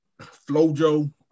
Flojo